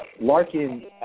Larkin